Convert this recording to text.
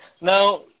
Now